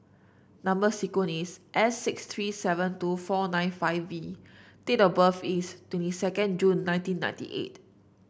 number sequence is S six three seven two four nine five V date of birth is twenty second June nineteen ninety eight